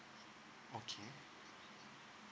okay